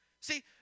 See